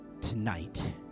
tonight